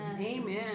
Amen